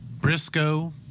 Briscoe